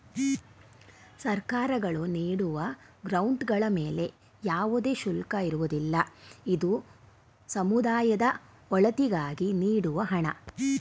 ಸರ್ಕಾರಗಳು ನೀಡುವ ಗ್ರಾಂಡ್ ಗಳ ಮೇಲೆ ಯಾವುದೇ ಶುಲ್ಕ ಇರುವುದಿಲ್ಲ, ಇದು ಸಮುದಾಯದ ಒಳಿತಿಗಾಗಿ ನೀಡುವ ಹಣ